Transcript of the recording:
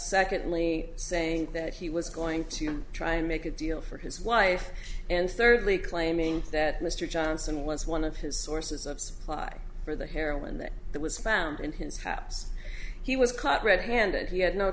secondly saying that he was going to try and make a deal for his wife and thirdly claiming that mr johnson was one of his sources of supply for the heroin that that was found in his house he was caught red handed he had no